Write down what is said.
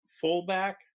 fullback